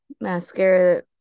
mascara